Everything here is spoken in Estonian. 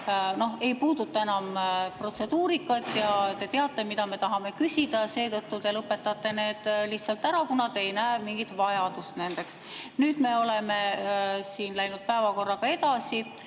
ei puuduta enam protseduurikat, ja te teate, mida me tahame küsida, ning seetõttu te lõpetate need lihtsalt ära, kuna te ei näe nende järele mingit vajadust. Nüüd me oleme läinud päevakorraga edasi.